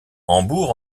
hambourg